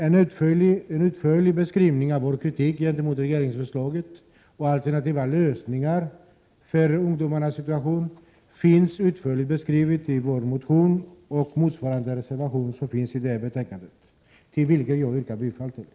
En utförlig beskrivning av vår kritik gentemot regeringsförslaget och alternativa lösningar för ungdomarnas situation finns i vår motion och i motsvarande reservation som är fogat till detta betänkande, vilken jag yrkar bifall till.